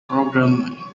programme